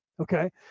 Okay